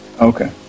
Okay